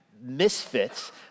misfits